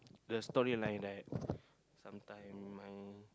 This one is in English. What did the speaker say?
the story line right sometime I